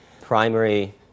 primary